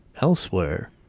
elsewhere